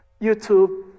YouTube